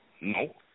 No